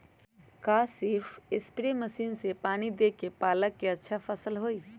का सिर्फ spray machine से पानी देके पालक के अच्छा फसल होई?